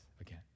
again